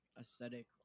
aesthetic